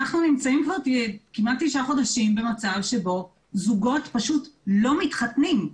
אנחנו נמצאים כמעט תשעה חודשים במצב שבו זוגות פשוט לא מתחתנים,